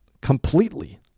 completely